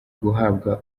guhabwa